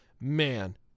man